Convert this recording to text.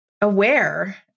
aware